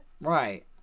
Right